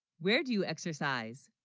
where do you exercise